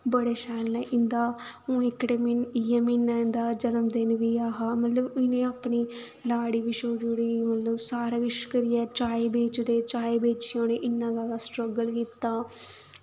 बड़े शैल न इं'दा हून एह्कड़े म्हीने इ'यै म्हीने इंदा जन्म दिन बी हा मतलब इ'नें अपने लाड़ी बी छोड़ी ओड़ी मतलब सारा किश छोड़ियै चाए बेचदे चाए बेचियै उन्नै इन्ना जादा स्ट्रगल कीता